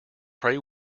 pray